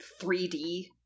3D